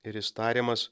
ir jis tariamas